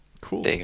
cool